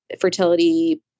fertility